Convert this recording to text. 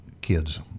kids